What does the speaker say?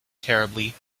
terribly